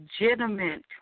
legitimate